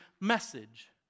message